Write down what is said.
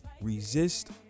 Resist